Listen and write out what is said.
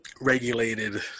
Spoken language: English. regulated